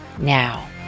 now